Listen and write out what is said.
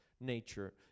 Nature